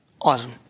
awesome